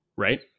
right